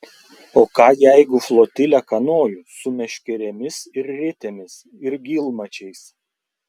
o ką jeigu flotilę kanojų su meškerėmis ir ritėmis ir gylmačiais